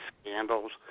scandals